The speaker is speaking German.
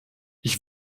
ich